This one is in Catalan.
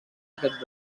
aquest